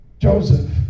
Joseph